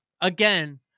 again